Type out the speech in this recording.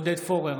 עודד פורר,